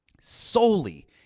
solely